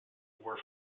were